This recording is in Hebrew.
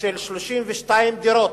של 32 דירות,